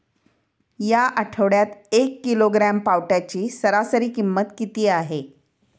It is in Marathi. या आठवड्यात एक किलोग्रॅम पावट्याची सरासरी किंमत किती आहे?